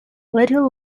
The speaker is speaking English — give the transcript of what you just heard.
little